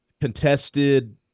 contested